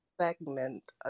segment